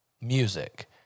music